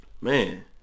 Man